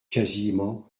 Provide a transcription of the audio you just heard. quasiment